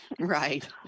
Right